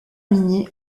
minier